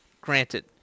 Granted